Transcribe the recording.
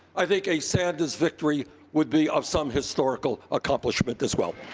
i think a sanders victory would be of some historical accomplishment, as well.